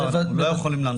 לא, הם לא יכולים להנחות.